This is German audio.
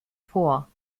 vor